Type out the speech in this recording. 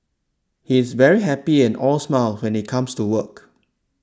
he is very happy and all smiles when he comes to work